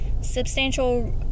substantial